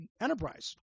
Enterprise